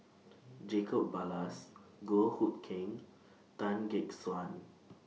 Jacob Ballas Goh Hood Keng Tan Gek Suan